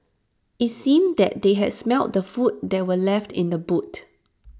IT seemed that they had smelt the food that were left in the boot